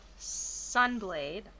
Sunblade